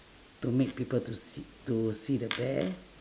to make people to se~ to see the bear